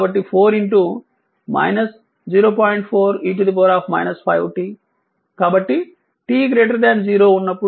4 e 5 t కాబట్టి t 0 ఉన్నప్పుడు v 1